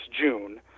June